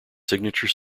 signature